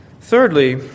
Thirdly